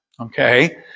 Okay